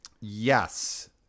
Yes